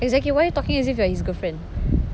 exactly why are you talking as if you are his girlfriend